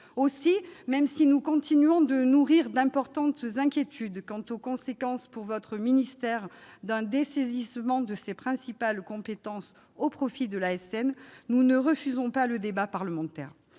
Aussi, même si nous continuons de nourrir d'importantes inquiétudes quant aux conséquences pour votre ministère d'un dessaisissement de ses principales compétences au profit de l'ANS, nous ne refusons pas le débat parlementaire.